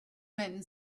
men